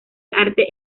arte